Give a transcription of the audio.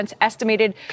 estimated